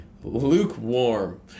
Lukewarm